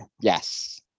yes